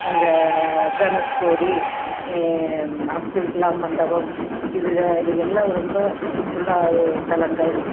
அங்கே தனுஷ்கோடி அப்துல்கலாம் மண்டபம் இதுக இதுகெல்லாம் ரொம்ப சுற்றுல்லா தலங்கள்